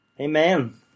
Amen